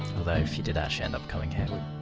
although, if you did actually end up coming here, we.